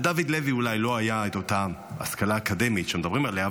לדוד לוי אולי לא הייתה אותה השכלה אקדמית שמדברים עליה,